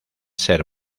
ser